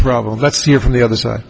problem let's hear from the other side